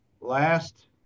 Last